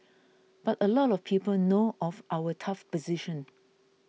but a lot of people know of our tough position